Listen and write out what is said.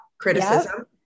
criticism